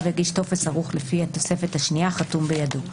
יגיש טופס ערוך לפי התוספת השנייה חתום בידו.